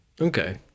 Okay